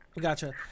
Gotcha